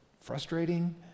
frustrating